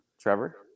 Trevor